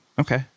Okay